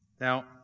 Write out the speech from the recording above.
Now